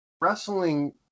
wrestling